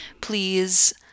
please